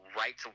right